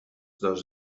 dos